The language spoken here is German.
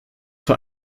für